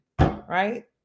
right